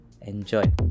Enjoy